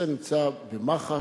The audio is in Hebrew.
הנושא נמצא במח"ש,